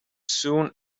soon